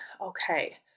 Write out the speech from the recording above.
okay